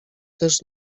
też